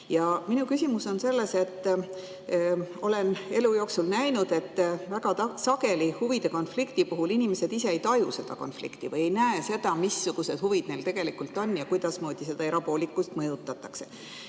Minu küsimus on selles. Olen elu jooksul näinud, et väga sageli huvide konflikti puhul inimesed ise ei taju seda konflikti või ei näe seda, missugused huvid neil tegelikult on ja kuidasmoodi seda erapoolikult mõjutatakse.